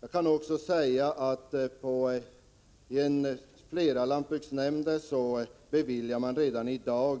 Jag kan också säga att man i flera lantbruksnämnder redan i dag beviljar